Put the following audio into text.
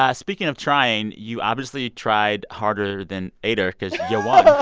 ah speaking of trying, you obviously tried harder than eyder because you won